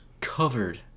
covered